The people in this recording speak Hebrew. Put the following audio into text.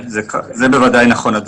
זה בוודאי נכון.